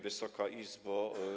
Wysoka Izbo!